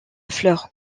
fleur